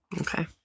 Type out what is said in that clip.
Okay